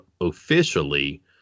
Officially